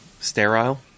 sterile